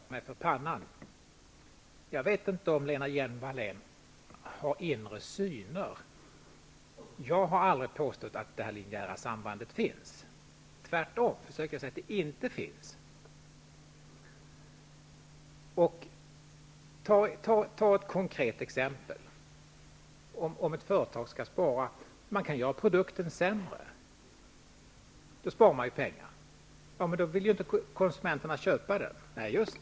Herr talman! Jag tar mig för pannan! Jag vet inte om Lena Hjelm-Wallén har inre syner. Jag har aldrig påstått att det här linjära sambandet finns -- tvärtom. Jag försöker säga att det inte finns. Tag ett konkret exempel: När ett företag vill spara kan ju produkten göras sämre. På det sättet spar man ju pengar. Men då vill inte konsumenterna köpa produkten, kanske någon säger.